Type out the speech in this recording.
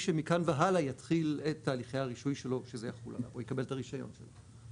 שמכאן והלאה יתחיל את תהליכי הרישוי שלו שזה כשהוא יקבל את הרישיון שלו.